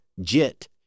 JIT